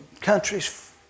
countries